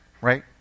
right